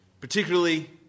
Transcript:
Particularly